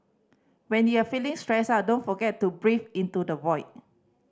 when you are feeling stressed out don't forget to breathe into the void